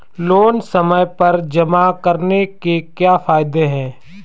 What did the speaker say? Loan समय पर जमा कराने के क्या फायदे हैं?